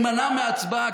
כדי להימנע מהצבעה,